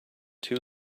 too